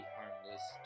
harmless